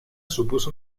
supuso